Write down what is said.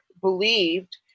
believed